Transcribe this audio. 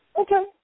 Okay